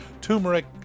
turmeric